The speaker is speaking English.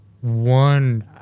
One